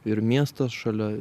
ir miestas šalia